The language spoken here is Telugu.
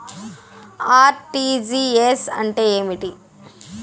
ఆర్.టి.జి.ఎస్ అంటే ఏమి